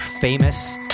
famous